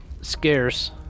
scarce